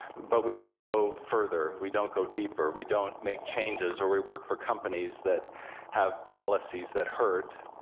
but we don't go further, we don't go deeper, we don't make changes, or we work for companies that have policies that hurt,